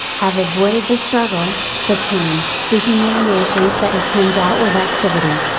have avoided the struggle, the pain, the humiliations that attend outward activity.